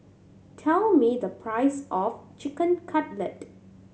tell me the price of Chicken Cutlet